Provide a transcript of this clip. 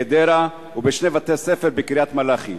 בגדרה ובשני בתי-ספר בקריית-מלאכי.